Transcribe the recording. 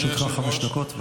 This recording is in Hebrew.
בבקשה, לרשותך חמש דקות.